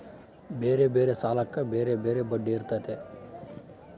ಬ್ಯಾರೆ ಬ್ಯಾರೆ ಸಾಲಕ್ಕ ಬ್ಯಾರೆ ಬ್ಯಾರೆ ಬಡ್ಡಿ ಇರ್ತತೆ